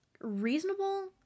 reasonable